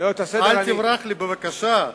אל תברח לי בבקשה.